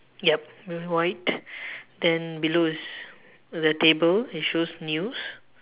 yup with white then below is the table it shows news